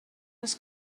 els